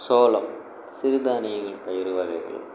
சோளம் சிறுதானிய பயிர் வகைகள்